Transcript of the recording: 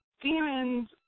demons